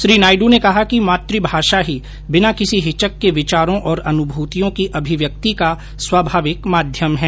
श्री नायडू ने कहा कि मातू भाषा ही बिना किसी हिचक के विचारों और अनुभूतियों की अभिव्यक्ति का स्वाभाविक माध्यम है